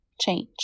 Change